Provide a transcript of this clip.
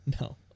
No